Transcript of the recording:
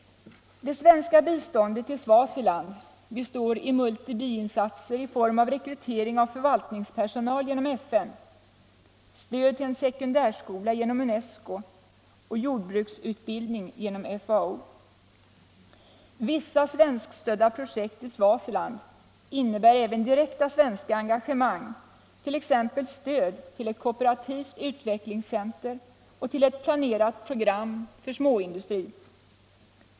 Det svenska biståndet till Swaziland består av multibiinsatser i form av rekrytering av förvaltningspersonal genom FN, stöd till en sekundärskola genom UNESCO och jordbruksutbildning genom FAO. Vissa svenskstödda projekt i Swaziland innebär även direkta svenska engagemang, t.ex. stöd till ett kooperativt utvecklingscenter och till ett planerat program för småindustri.